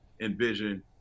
envision